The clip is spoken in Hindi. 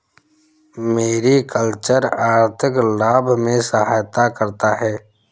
मेरिकल्चर आर्थिक लाभ में सहायता करता है